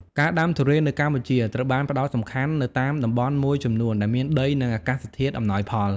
ការដាំទុរេននៅកម្ពុជាត្រូវបានផ្តោតសំខាន់នៅតាមតំបន់មួយចំនួនដែលមានដី និងអាកាសធាតុអំណោយផល។